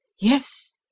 Yes